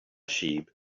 sheep